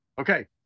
okay